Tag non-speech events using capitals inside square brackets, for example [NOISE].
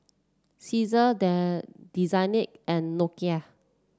Cesar [NOISE] Desigual and Nokia